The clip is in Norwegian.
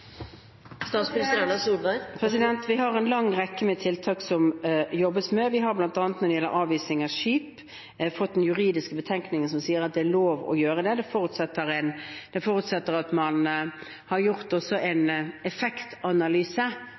Vi har en lang rekke med tiltak som jobbes med. Blant annet når det gjelder avising av skip, har vi fått en juridisk betenkning som sier at det er lov å gjøre det. Det forutsetter at man også har gjort en effektanalyse av å avise skip når det gjelder den lokale forurensningen. Vi har også en